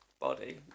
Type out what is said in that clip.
Body